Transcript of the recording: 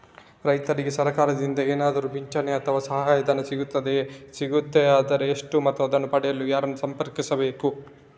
ರೈತರಿಗೆ ಸರಕಾರದಿಂದ ಏನಾದರೂ ಪಿಂಚಣಿ ಅಥವಾ ಸಹಾಯಧನ ಸಿಗುತ್ತದೆಯೇ, ಸಿಗುತ್ತದೆಯಾದರೆ ಎಷ್ಟು ಮತ್ತು ಅದನ್ನು ಪಡೆಯಲು ಯಾರನ್ನು ಸಂಪರ್ಕಿಸಬೇಕು?